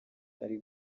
ari